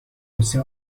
واسه